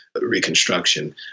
reconstruction